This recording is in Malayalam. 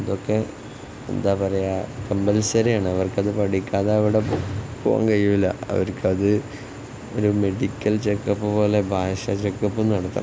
ഇതൊക്കെ എന്താ പറയുക കമ്പൽസറി ആണ് അവർക്കത് പഠിക്കാതെ അവിടെ പോകാൻ കഴിയുകയില്ല അവർക്കത് ഒരു മെഡിക്കൽ ചെക്കപ്പ് പോലെ ഭാഷ ചെക്കപ്പ് നടത്താം